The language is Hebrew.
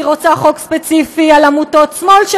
והיא רוצה חוק ספציפי על עמותות שמאל,